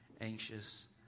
anxious